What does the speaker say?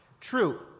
True